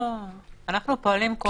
אנחנו פועלים כל העת לשפר גם ללא לתקנות.